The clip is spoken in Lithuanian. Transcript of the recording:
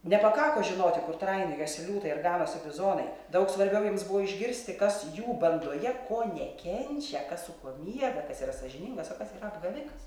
nepakako žinoti kur trainiojosi liūtai ar ganosi bizonai daug svarbiau jiems buvo išgirsti kas jų bandoje ko nekenčia kas su kuo miega kas yra sąžiningas o kas yra apgavikas